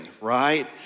right